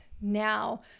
Now